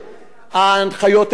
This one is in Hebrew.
ההנחיות הן ברורות,